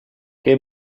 che